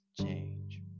change